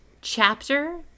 chapter